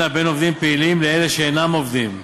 בין עובדים פעילים לאלה שאינם עובדים.